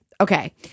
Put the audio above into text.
Okay